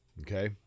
okay